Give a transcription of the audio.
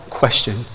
question